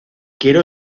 quiero